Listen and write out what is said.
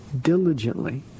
diligently